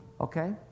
Okay